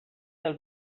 del